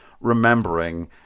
remembering